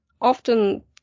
often